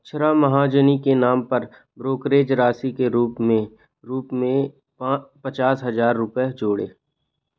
अक्षरा महाजनी के नाम पर ब्रोकरेज राशि के रूप में रूप में पचास हज़ार रुपये जोड़ें